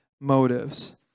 motives